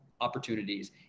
opportunities